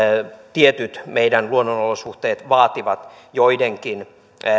tietyt luonnonolosuhteet vaativat joidenkin